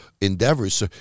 endeavors